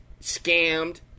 scammed